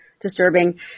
disturbing